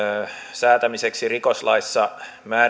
säätämiseksi rikoslaissa